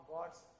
God's